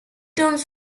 terms